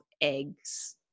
eggs